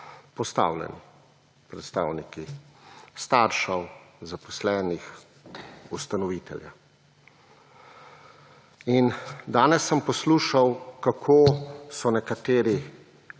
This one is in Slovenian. (nadaljevanje) predstavniki staršev, zaposlenih, ustanoviteljev. In, danes sem poslušal, kako so nekateri